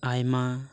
ᱟᱭᱢᱟ